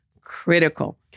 critical